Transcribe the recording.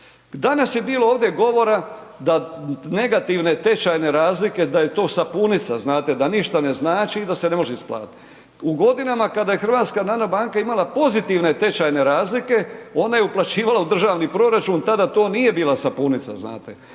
Danas je bilo ovdje govora da negativne tečajne razlike, da je to sa punica, znate, da ništa ne znači i da se ne može isplatiti. U godinama kada je HNB imala pozitivne tečajne razlike, ona je uplaćivala u državni proračun, tada to nije bila sapunica,